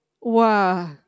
Wow